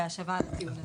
בהשבה על הטיעון הזה,